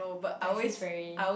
but it feels very